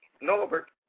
Norbert